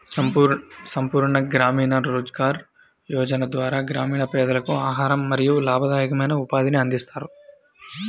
సంపూర్ణ గ్రామీణ రోజ్గార్ యోజన ద్వారా గ్రామీణ పేదలకు ఆహారం మరియు లాభదాయకమైన ఉపాధిని అందిస్తారు